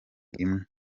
imwe